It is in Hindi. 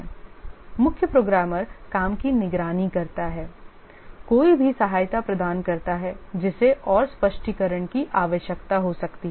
मुख्य प्रोग्रामर काम की निगरानी करता है कोई भी सहायता प्रदान करता है जिसे और स्पष्टीकरण की आवश्यकता हो सकती है